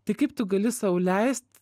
tai kaip tu gali sau leist